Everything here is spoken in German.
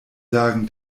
sagen